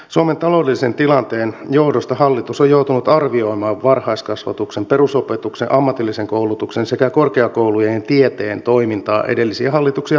suomen taloudellisen tilanteen johdosta hallitus on joutunut arvioimaan varhaiskasvatuksen perusopetuksen ammatillisen koulutuksen sekä korkeakoulujen ja tieteen toimintaa edellisiä hallituksia tarkemmin